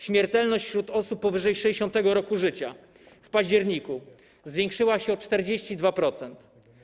Śmiertelność wśród osób powyżej 60. roku życia w październiku zwiększyła się o 42%.